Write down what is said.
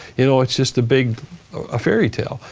you know it's just a big ah fairy tale.